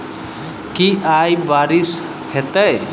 की आय बारिश हेतै?